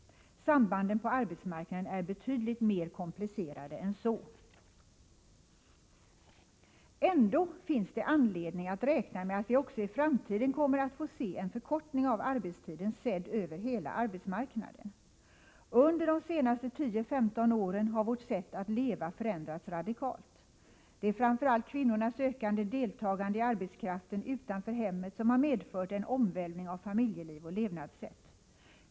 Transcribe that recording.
Sambanden på arbetsmarknaden är betydligt mer komplicerade än så. Ändå finns det anledning att räkna med att vi också i framtiden kommer att få se en förkortning av arbetstiden över hela arbetsmarknaden. Under de senaste 10-15 åren har vårt sätt att leva förändrats radikalt. Det är framför allt kvinnornas ökande deltagande i arbete utanför hemmet som har medfört en omvälvning av familjeliv och levnadssätt.